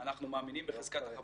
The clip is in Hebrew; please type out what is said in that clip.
אנחנו מאמינים בחזקת החפות,